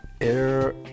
air